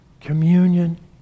Communion